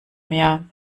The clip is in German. mehr